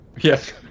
yes